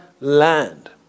land